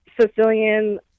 Sicilian